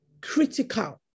critical